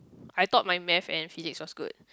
I thought my math and Physics was good